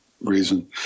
reason